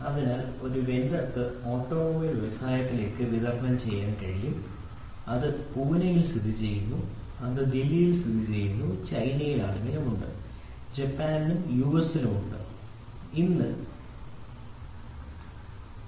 അതിനാൽ ഒരു വെണ്ടർക്ക് ഓട്ടോമൊബൈൽ വ്യവസായത്തിലേക്ക് വിതരണം ചെയ്യാൻ കഴിയും അത് പൂനെയിൽ സ്ഥിതിചെയ്യുന്നു അത് ദില്ലിയിൽ സ്ഥിതിചെയ്യുന്നു അത് ചൈനയിലും സ്ഥിതിചെയ്യുന്നു ജപ്പാനിലും യുഎസിലും സ്ഥിതിചെയ്യുന്നു